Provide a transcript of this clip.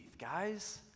guys